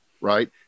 right